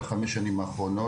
בחמש השנים האחרונות.